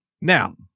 Now